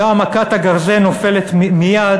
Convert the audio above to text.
שם מכת הגרזן נופלת מייד,